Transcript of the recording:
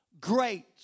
great